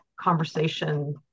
conversation